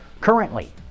Currently